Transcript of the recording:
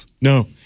no